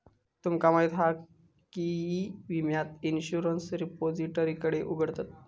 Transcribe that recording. तुमका माहीत हा काय की ई विम्याक इंश्युरंस रिपोजिटरीकडे उघडतत